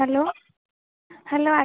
hello hello